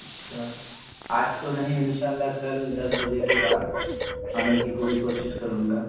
اچھا آج تو نہیں ان شاء اللہ کل دس بجے کے بعد آنے کی پوری کوشش کروں گا